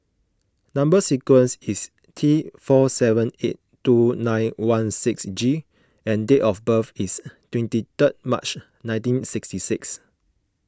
Number Sequence is T four seven eight two nine one six G and date of birth is twenty three March nineteen sixty six